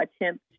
attempt